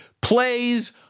plays